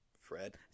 Fred